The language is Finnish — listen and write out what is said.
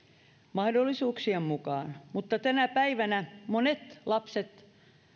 mahdollisuuksien mukaan mutta tänä päivänä monet lapset